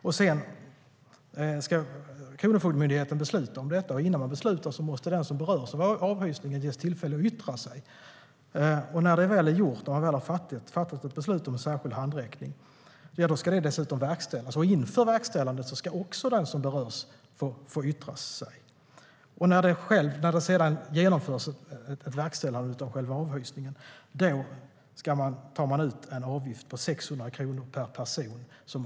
Därefter ska Kronofogdemyndigheten besluta om detta, och innan beslut fattas måste den som berörs av avhysningen ges tillfälle att yttra sig. När det väl är gjort och man har fattat ett beslut om särskild handräckning ska det verkställas. Inför verkställandet ska också den som berörs få yttra sig. När själva avhysningen sedan verkställs tas en avgift ut på 600 kronor per person.